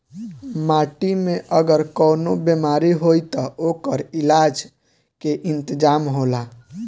माटी में अगर कवनो बेमारी होई त ओकर इलाज के इंतजाम होला